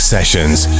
Sessions